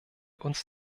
uns